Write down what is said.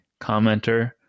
commenter